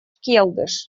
келдыш